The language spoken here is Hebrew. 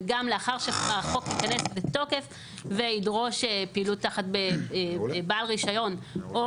וגם לאחר שהחוק ייכנס לתוקף וידרוש פעילות תחת בעל רישיון או